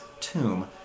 tomb